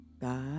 God